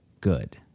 good